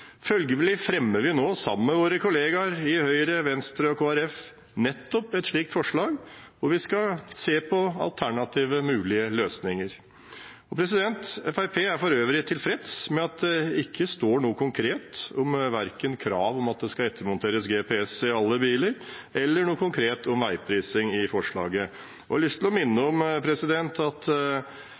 Følgelig fremmer vi nå – sammen med våre kollegaer i Høyre, Venstre og Kristelig Folkeparti – nettopp et forslag til vedtak hvor vi skal se på mulige alternative løsninger. Fremskrittspartiet er for øvrig tilfreds med at det ikke står noe konkret i forslaget, verken om krav om at det skal ettermonteres GPS i alle biler, eller om veiprising. Jeg har lyst til å minne om at